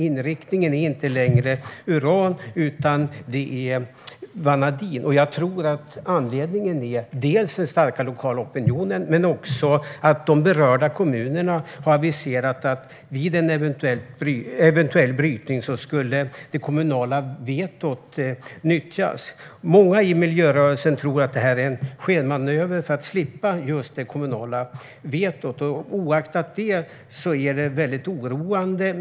Inriktningen är inte längre uran, utan vanadin. Jag tror att anledningen är dels den starka lokala opinionen, dels att de berörda kommunerna har aviserat att det kommunala vetot skulle nyttjas vid en eventuell brytning. Många i miljörörelsen tror att det här är en skenmanöver för att slippa det kommunala vetot. Hur som helst är det väldigt oroande.